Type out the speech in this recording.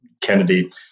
Kennedy